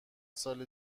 سال